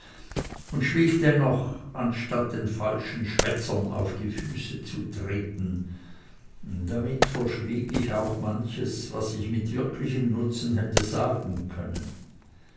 und schwieg dennoch anstatt den falschen schwätzern auf die füße zu treten damit verschwieg ich auch manches was ich mit wirklichem nutzen hätte sagen können